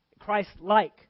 Christ-like